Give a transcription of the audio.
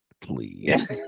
please